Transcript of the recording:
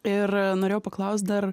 ir norėjau paklaust dar